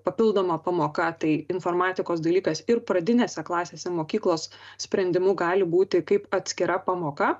papildoma pamoka tai informatikos dalykas ir pradinėse klasėse mokyklos sprendimu gali būti kaip atskira pamoka